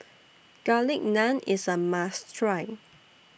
Garlic Naan IS A must Try